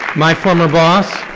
my former boss.